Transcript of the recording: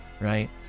right